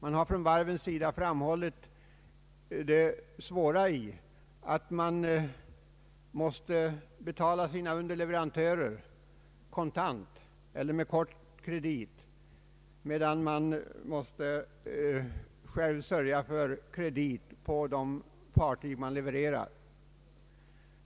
Man har från varvens sida framhållit det svåra i att man måste betala sina underleverantörer kontant eller med kort kredit medan man själv måste sörja för krediter på de fartyg man levererar.